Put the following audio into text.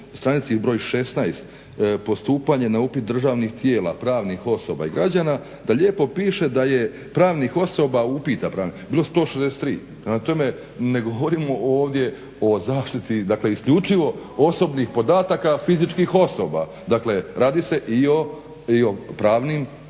stranici br. 16. postupanje na upit državnih tijela pravnih osoba i građana da lijepo piše da je upita pravnih osoba bilo 163. Prema tome, ne govorimo ovdje o zaštiti, dakle isključivo osobnih podataka fizičkih osoba. Dakle, radi se i o pravnim